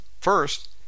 first